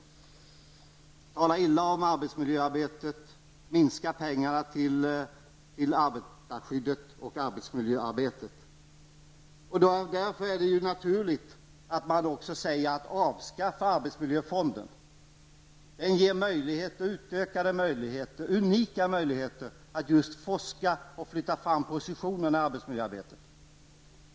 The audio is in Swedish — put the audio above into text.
Man talar illa om arbetsmiljöarbetet och vill minska medlen till arbetarskyddet och arbetsmiljöarbetet. Därför är det naturligt att man också vill avskaffa arbetslivsfonden, som ju ger unika möjligheter att forska och flytta fram positionerna i arbetsmiljöarbetet.